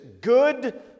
good